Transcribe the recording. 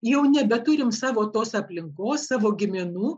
jau nebeturim savo tos aplinkos savo giminų